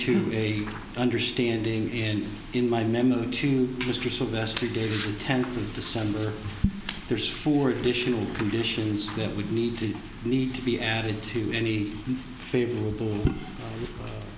to a understanding and in my memo to mr sylvester dated ten december there's four additional conditions that would need to need to be added to any favorable